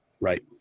Right